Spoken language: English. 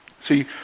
See